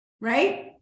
right